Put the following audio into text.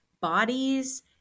bodies